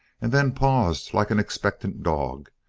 and then paused like an expectant dog,